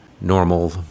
normal